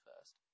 first